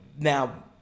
now